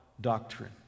doctrine